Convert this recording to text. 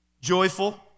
joyful